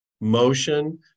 motion